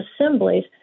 assemblies